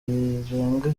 birenga